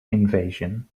invasion